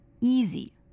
easy